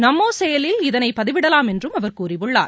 நமோ செயலியில் இதனை பதிவிடலாம் என்றும் அவர் கூறியுள்ளார்